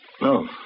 No